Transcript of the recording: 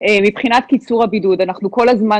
מבחינת קיצור הבידוד אנחנו כל הזמן